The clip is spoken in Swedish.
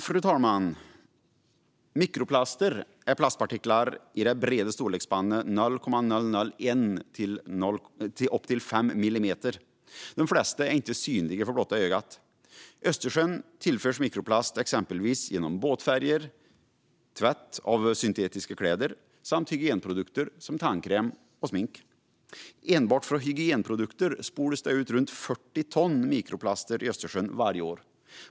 Slutligen: Mikroplaster är plastpartiklar i det breda storleksspannet 0,001-5 millimeter. De flesta är inte synliga för blotta ögat. Östersjön tillförs mikroplast genom exempelvis båtfärger, tvätt av syntetiska kläder samt hygienprodukter som tandkräm och smink. Enbart från hygienprodukter spolas det varje år ut runt 40 ton mikroplaster i Östersjön.